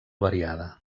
variada